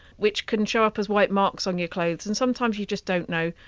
which can show up as white marks on your clothes and sometimes you just don't know.